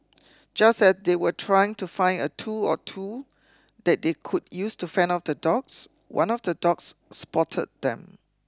just as they were trying to find a tool or two that they could use to fend off the dogs one of the dogs spotted them